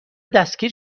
دستگیر